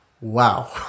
Wow